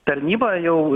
tarnyba jau